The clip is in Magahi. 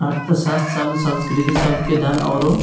अर्थशास्त्र शब्द संस्कृत शब्द के धन औरो